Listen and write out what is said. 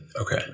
Okay